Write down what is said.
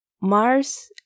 Mars